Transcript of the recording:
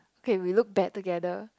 okay we look bad together